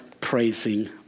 praising